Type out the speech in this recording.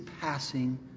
passing